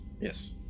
yes